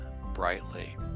brightly